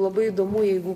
labai įdomu jeigu